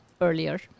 earlier